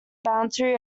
boundary